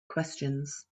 questions